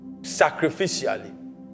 sacrificially